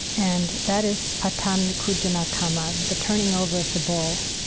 and that is patta-nikkujjana-kamma, the turning over of the bowl.